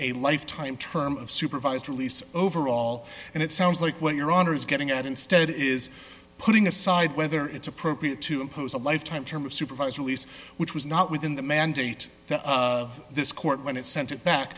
a lifetime term of supervised release overall and it sounds like what your honor is getting at instead is putting aside whether it's appropriate to impose a lifetime term of supervised release which was not within the mandate of this court when it sent it back